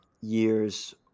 years